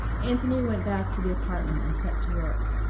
anthony went back to the apartment and set to work.